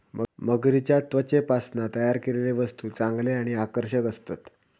मगरीच्या त्वचेपासना तयार केलेले वस्तु चांगले आणि आकर्षक असतत